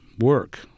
work